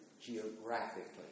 geographically